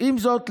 עם זאת,